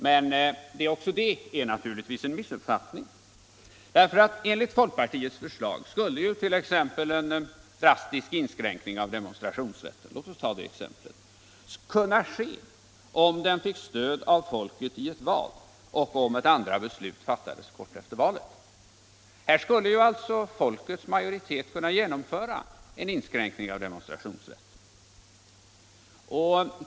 Men även det är naturligtvis en missuppfattning, för enligt folkpartiets förslag skulle t.ex. en drastisk inskränkning av demonstrationsrätten kunna ske om den fick stöd av folket i ett val, och om ett andra beslut fattades kort efter valet. Här skulle alltså folkets majoritet kunna genomföra en inskränkning av demonstrationsrätten.